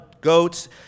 goats